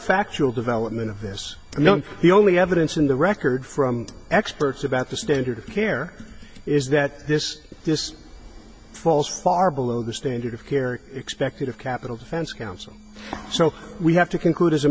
factual development of this no the only evidence in the record from experts about the standard of care is that this this falls far below the standard of care expected of capital defense counsel so we have to conclude as a